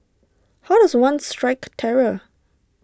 how does one strike terror